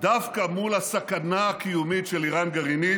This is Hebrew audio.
דווקא מול הסכנה הקיומית של איראן גרעינית